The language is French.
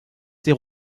ses